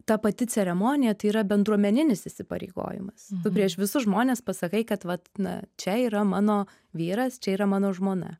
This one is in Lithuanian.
ta pati ceremonija tai yra bendruomeninis įsipareigojimas prieš visus žmones pasakai kadvat na čia yra mano vyras čia yra mano žmona